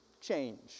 change